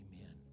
Amen